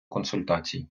консультацій